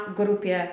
grupie